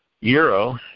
euro